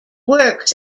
works